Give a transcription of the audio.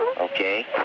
Okay